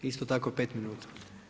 Isto tako 5 minuta.